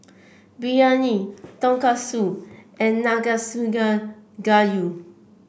Biryani Tonkatsu and Nanakusa Gayu